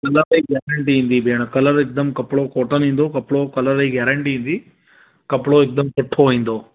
colour जी guarantee ईंदी भेण कलर हिकदमि कपिड़ो कोटनि ईंदो कपिड़ो कलर जी गेरंटी ईंदी कपिड़ो हिकदमि सुठो ईंदो